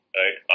right